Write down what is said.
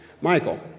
Michael